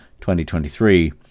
2023